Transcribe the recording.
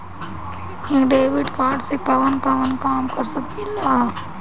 इ debit card से कवन कवन काम कर सकिला?